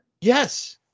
yes